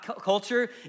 culture